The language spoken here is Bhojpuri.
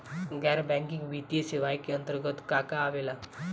गैर बैंकिंग वित्तीय सेवाए के अन्तरगत का का आवेला?